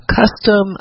custom